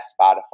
Spotify